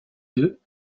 deux